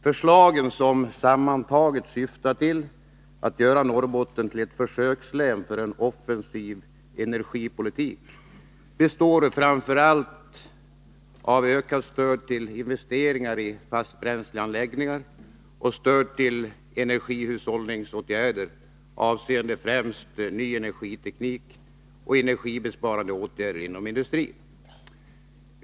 Förslagen, som sammantagna syftar till att göra Norrbotten till ett försökslän för en offensiv energipolitik, består framför allt av ökat stöd till investeringar i fastbränsleanläggningar och stöd till energihushållningsåtgärder avseende främst ny energiteknik och energibesparande åtgärder inom industrin.